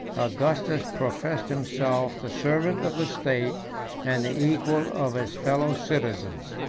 augustus professed himself the servant of the state and the equal of his fellow-citizens.